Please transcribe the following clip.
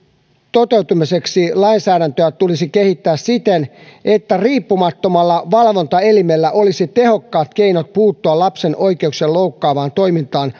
toteutumiseksi lainsäädäntöä tulisi kehittää siten että riippumattomalla valvontaelimellä olisi tehokkaat keinot puuttua lapsen oikeuksia loukkaavaan toimintaan